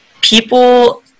People